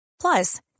Plus